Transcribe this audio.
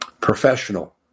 Professional